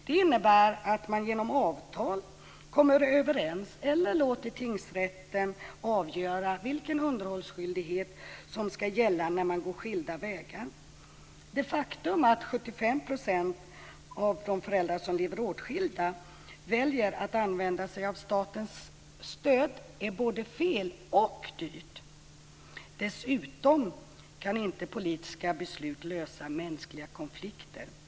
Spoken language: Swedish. Det innebär att föräldrarna genom avtal kommer överens eller låter tingsrätten avgöra vilken underhållsskyldighet som ska gälla när de går skilda vägar. Det faktum att 75 % av de föräldrar som lever åtskilda väljer att använda sig av statens stöd är både fel och dyrt. Dessutom kan inte politiska beslut lösa mänskliga konflikter.